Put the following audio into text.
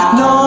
no